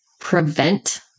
prevent